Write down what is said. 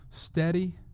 steady